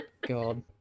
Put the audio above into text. god